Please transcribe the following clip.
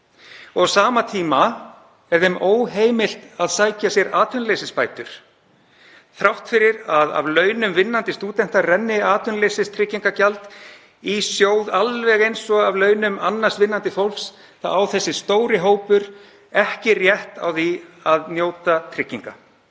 Á sama tíma er þeim óheimilt að sækja sér atvinnuleysisbætur því að þrátt fyrir að af launum vinnandi stúdenta renni atvinnuleysistryggingagjald í sjóð, alveg eins og af launum annars vinnandi fólks, á þessi stóri hópur ekki rétt á því að njóta trygginga.